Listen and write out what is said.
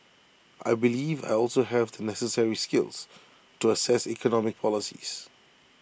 I believe I also have the necessary skills to assess economic policies